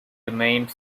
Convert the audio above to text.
remained